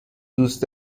دوست